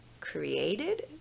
created